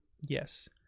Yes